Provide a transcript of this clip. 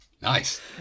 Nice